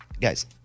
Guys